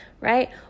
right